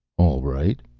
all right.